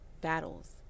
battles